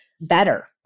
better